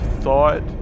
thought